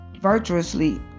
virtuously